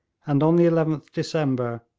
and on the eleventh december,